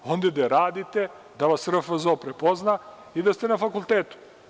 Onde gde radite, da vas RFZO prepozna i da ste na fakultetu.